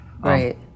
Right